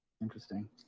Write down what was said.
Interesting